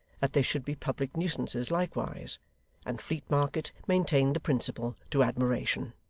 that they should be public nuisances likewise and fleet market maintained the principle to admiration.